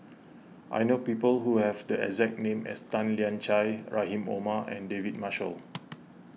I know people who have the exact name as Tan Lian Chye Rahim Omar and David Marshall